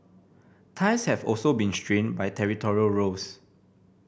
ties have also been strained by territorial rows